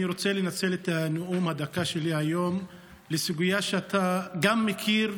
אני רוצה לנצל את נאום הדקה שלי היום לסוגיה שגם אתה מכיר,